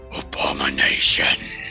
Abomination